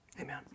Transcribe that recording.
Amen